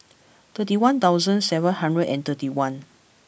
thirty one thousand seven hundred and thirty one